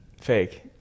Fake